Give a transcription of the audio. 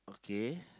okay